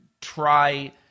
try